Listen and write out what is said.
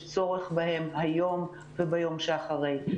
יש צורך בהם היום וביום שאחרי.